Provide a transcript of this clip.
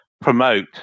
promote